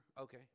Okay